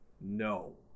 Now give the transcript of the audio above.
No